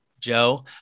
Joe